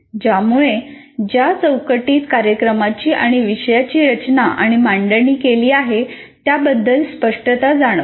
ज्यामुळे ज्या चौकटीत कार्यक्रमाची आणि विषयांची रचना आणि मांडणी केली आहे त्याबद्दल स्पष्टता जाणवते